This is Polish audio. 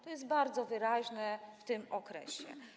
To jest bardzo wyraźne w tym okresie.